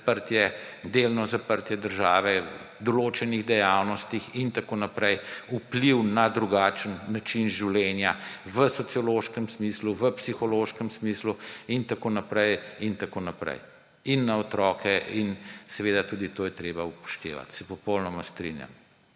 delno zaprtje države, določenih dejavnosti in tako naprej vpliv na drugačen način življenja v sociološkem smislu, v psihološkem smislu in tako naprej in na otroke. In tudi to je treba upoštevati, se popolnoma strinjam.